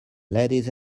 ladies